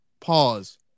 Pause